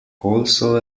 also